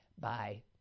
Bye